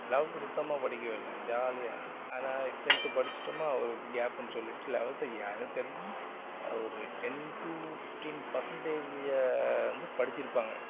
eleventh சுத்தமாக படிக்கவே இல்லை ஜாலியாக அதுதான் டென்த்து படிச்சிட்டோமா ஒரு கேப்புன்னு சொல்லிவிட்டு லெவல்த்தை எனக்கு தெரிஞ்சு ஒரு டென் டு ஃபிஃப்டீன் பர்ஸன்டேஜ் வந்து படித்திருப்பாங்க